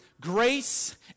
grace